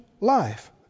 life